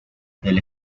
del